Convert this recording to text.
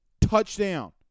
touchdown